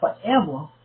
forever